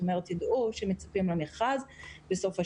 כלומר ידעו שמצפים למכרז בסוף השנה,